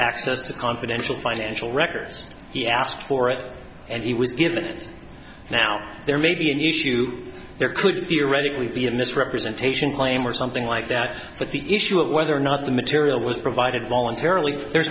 access to confidential financial records he asked for it and he was given it now there may be an issue there could directly be a misrepresentation claim or something like that but the issue of whether or not the material was provided voluntarily there